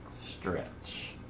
stretch